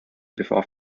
before